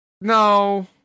No